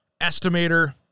estimator